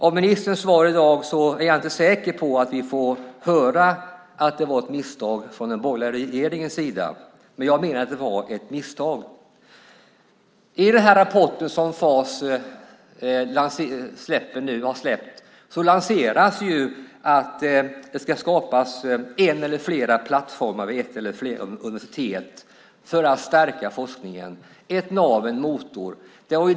Av ministerns svar i dag att döma tror jag inte att vi från den borgerliga regeringens sida får höra att det var ett misstag, men jag menar att det var det. I den rapport som FAS nu har släppt lanseras att det ska skapas en eller flera plattformar vid ett eller flera universitet för att stärka forskningen - ett nav eller en motor.